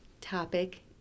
topic